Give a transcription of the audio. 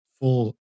full